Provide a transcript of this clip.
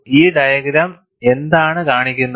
ഈ ഡയഗ്രം എന്താണ് കാണിക്കുന്നത്